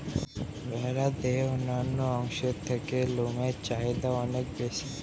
ভেড়ার দেহের অন্যান্য অংশের থেকে লোমের চাহিদা অনেক বেশি